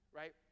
right